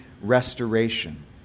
restoration